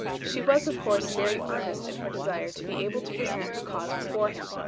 she was, of course, very earnest in her desire to be able to present her cause before him.